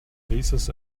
paces